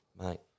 Mate